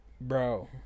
bro